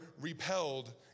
repelled